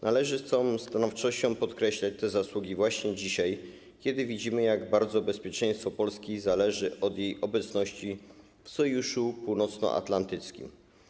Należy z całą stanowczością podkreślać te zasługi właśnie dzisiaj, kiedy widzimy, jak bardzo bezpieczeństwo Polski zależy od jej obecności w Sojuszu Północnoatlantyckim.